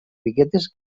biguetes